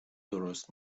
درست